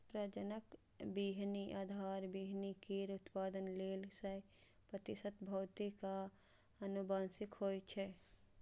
प्रजनक बीहनि आधार बीहनि केर उत्पादन लेल सय प्रतिशत भौतिक आ आनुवंशिक होइ छै